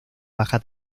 baja